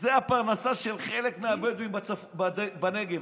וזה הפרנסה של חלק מהבדואים בנגב.